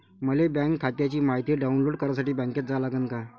मले बँक खात्याची मायती डाऊनलोड करासाठी बँकेत जा लागन का?